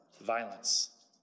violence